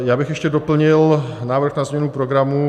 Já bych ještě doplnil návrh na změnu programu.